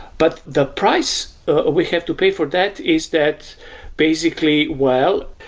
but the price ah we have to pay for that is that basically, well,